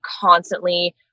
constantly